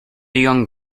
young